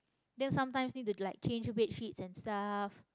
then sometimes need to like change bedsheets and stuff